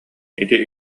ити